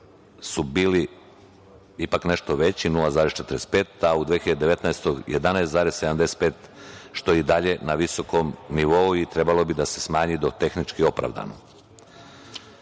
su bili ipak nešto veći 0,45%, a u 2019. godini 11,75%, što je i dalje na visokom nivou i trebalo bi da se smanji do - tehnički opravdano. Dakle,